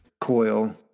coil